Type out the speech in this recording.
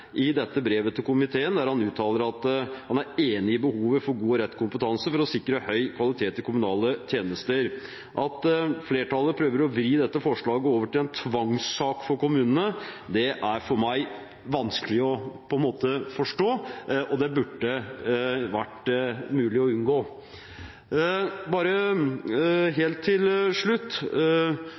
i dette brevet til komiteen, der han uttaler at han er enig i behovet for god og rett kompetanse for å sikre høy kvalitet i kommunale tjenester. At flertallet prøver å vri dette forslaget over til en tvangssak for kommunene, er for meg vanskelig å forstå, og det burde vært mulig å unngå. Helt til slutt: